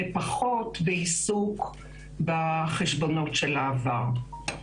ופחות בעיסוק בחשבונות של העבר.